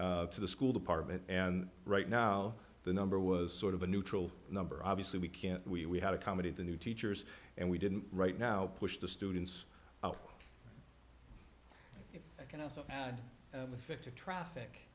to the school department and right now the number was sort of a neutral number obviously we can't we had a comedy the new teachers and we didn't right now push the students i can also add fifty traffic